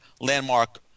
landmark